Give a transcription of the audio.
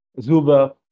Zuba